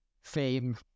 fame